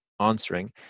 answering